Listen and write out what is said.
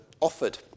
offered